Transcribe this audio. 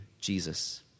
Jesus